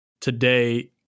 today